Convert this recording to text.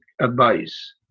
advice